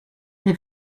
they